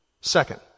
Second